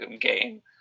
game